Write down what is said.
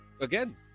again